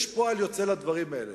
יש פועל יוצא לדברים האלה,